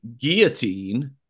guillotine